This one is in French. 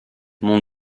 mon